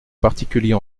particulier